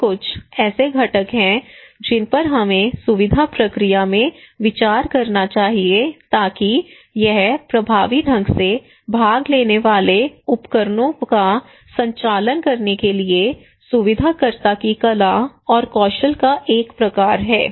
ये कुछ ऐसे घटक हैं जिन पर हमें सुविधा प्रक्रिया में विचार करना चाहिए ताकि यह प्रभावी ढंग से भाग लेने वाले उपकरणों का संचालन करने के लिए सुविधाकर्ता की कला और कौशल का एक प्रकार है